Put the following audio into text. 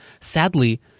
Sadly